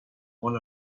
one